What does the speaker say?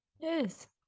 yes